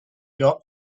got